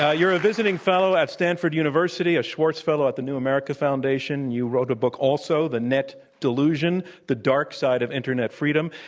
ah you're a visiting fellow at stanford university, a schwartz fellow at the new america foundation. you wrote a book also, the net delusion the dark side of internet freedom.